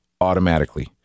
automatically